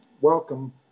Welcome